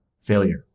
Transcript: failure